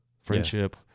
friendship